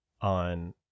on